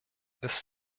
ist